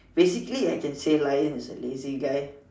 basically I can say lion is a lazy guy